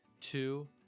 two